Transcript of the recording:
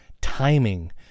Timing